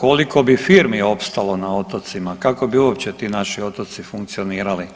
koliko bi firmi opstalo na otocima, kako bi uopće ti naši otoci funkcionirali.